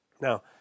Now